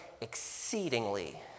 exceedingly